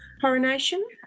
coronation